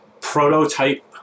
prototype